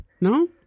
No